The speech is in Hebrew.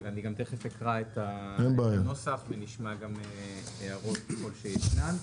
מיד אקרא את הנוסח ונשמע גם הערות, ככל שישנן.